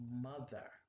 mother